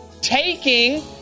taking